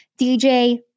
DJ